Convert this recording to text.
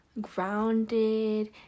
grounded